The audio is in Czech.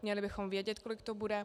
Měli bychom vědět, kolik to bude.